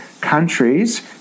countries